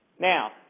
Now